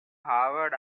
harvard